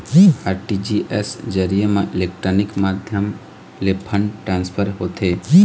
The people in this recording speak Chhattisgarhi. आर.टी.जी.एस के जरिए म इलेक्ट्रानिक माध्यम ले फंड ट्रांसफर होथे